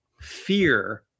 fear